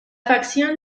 facción